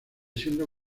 siendo